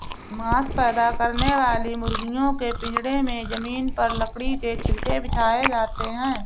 मांस पैदा करने वाली मुर्गियों के पिजड़े में जमीन पर लकड़ी के छिलके बिछाए जाते है